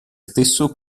stesso